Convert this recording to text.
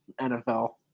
NFL